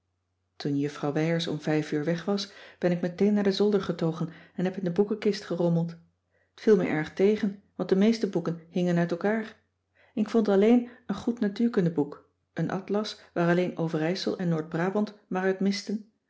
toen juffrouw wijers om vijf uur weg was ben ik meteen naar den zolder getogen en heb in de boekenkist gerommeld t viel me erg tegen want de meeste boeken hingen uit elkaar ik vond alleen een goed natuurkunde boek een atlas waar alleen overijsel en noord-brabant maar uit misten